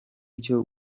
ibyo